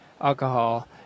alcohol